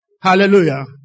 Hallelujah